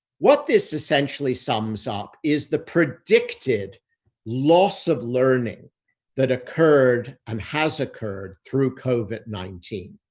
what this essentially sums up is the predicted loss of learning that occurred and has occurred through covid nineteen.